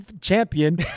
champion